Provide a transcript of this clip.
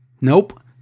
Nope